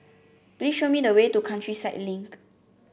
please show me the way to Countryside Link